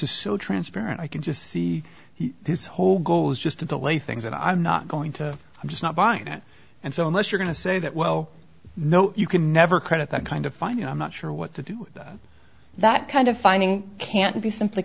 is so transparent i can just see this whole goal is just to delay things that i'm not going to i'm just not buying it and so unless you're going to say that well no you can never credit that kind of fine you know i'm not sure what to do that kind of finding can't be simply